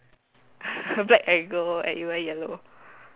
black and gold and you wear yellow